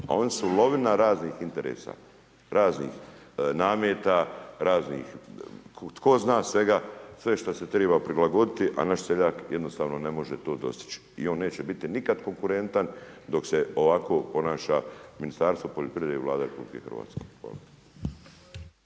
a oni su lovina raznih interesa, raznih nameta, raznih, tko zna svega, sve što se treba prilagoditi a naš seljak jednostavno ne može to dostići i on neće biti nikad konkurentan dok se ovako ponaša Ministarstvo poljoprivrede i Vlada RH. Hvala.